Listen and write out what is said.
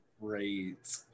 great